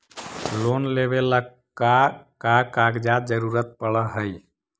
Loan लेवेला का का कागजात जरूरत पड़ हइ?